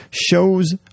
shows